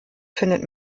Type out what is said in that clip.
findet